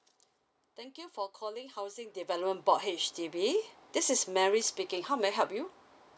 thank you for calling housing development board H_D_B this is mary speaking how may I help you